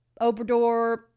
Obrador